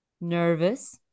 nervous